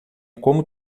como